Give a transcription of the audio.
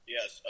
Yes